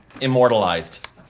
immortalized